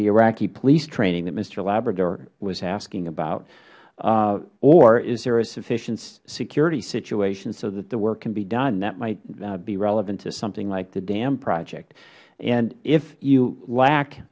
the iraqi police training that mister labrador was asking about or is there a sufficient security situation so that the work can be done that might be relevant to something like the dam project and if you lack